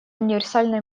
универсальной